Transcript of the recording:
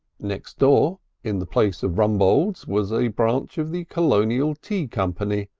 next door in the place of rumbold's was a branch of the colonial tea company,